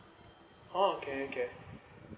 oh okay okay